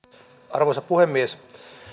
arvoisa puhemies